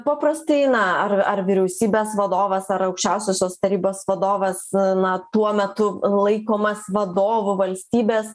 paprastai na ar ar vyriausybės vadovas ar aukščiausiosios tarybos vadovas na tuo metu laikomas vadovu valstybės